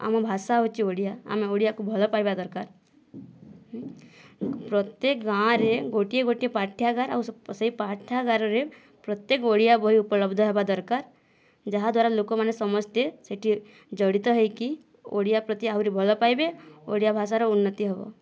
ଆମ ଭଷା ହେଉଛି ଓଡ଼ିଆ ଆମେ ଓଡ଼ିଆକୁ ଭଲ ପାଇବା ଦରକାର ପ୍ରତ୍ୟେକ ଗାଁରେ ଗୋଟିଏ ଗୋଟିଏ ପାଠ୍ୟାଗାର ଆଉ ସେ ପାଠ୍ୟାଗାରରେ ପ୍ରତ୍ୟେକ ଓଡ଼ିଆ ବହି ଉପଲବ୍ଧ ହେବା ଦରକାର ଯାହାଦ୍ୱାରା ଲୋକମାନେ ସମସ୍ତେ ସେଠି ଯଡ଼ିତ ହୋଇକି ଓଡ଼ିଆ ପ୍ରତି ଆହୁରି ଭଲ ପାଇବେ ଓଡ଼ିଆ ଭାଷାର ଉନ୍ନତି ହେବ